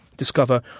discover